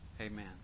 Amen